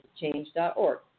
change.org